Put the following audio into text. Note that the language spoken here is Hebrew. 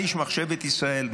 אני איש מחשבת ישראל.